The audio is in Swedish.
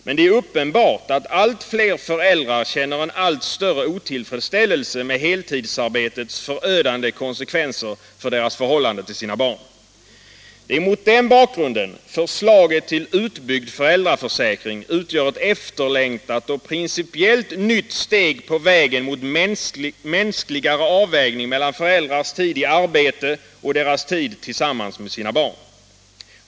Men det är uppenbart, att allt fler föräldrar känner en allt större otillfredsställelse med heltidsarbetets förödande konsekvenser för deras förhållande till sina barn. Det är mot den bakgrunden förslaget till utbyggd föräldraförsäkring utgör ett efterlängtat och principiellt nytt steg på vägen mot mänskligare avvägning mellan föräldrars tid i arbete och deras tid tillsammans med sina barn.